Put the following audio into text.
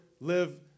live